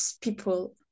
people